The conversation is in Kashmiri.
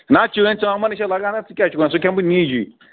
نہ چٲنۍ ژامَنَے چھِ لگان اَتھ ژٕ کیٛاہ چھُکھ وَنان سُہ کھٮ۪م بہٕ نیٖجی